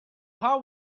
how